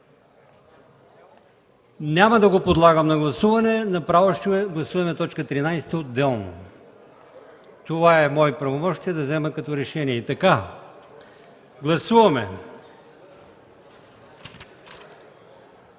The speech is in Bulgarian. Няма да го подлагам на гласуване, направо ще гласуваме т. 13 отделно. Това е мое правомощие – да взема такова решение. Гласуваме